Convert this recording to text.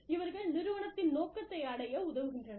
இவர்கள் நிறுவனத்தின் நோக்கத்தை அடைய உதவுகின்றனர்